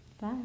Bye